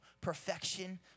perfection